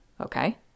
okay